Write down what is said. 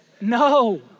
no